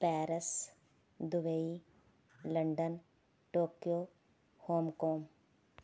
Paris Dubai London Tokyo Hong Kong